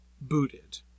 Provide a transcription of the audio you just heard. booted